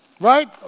right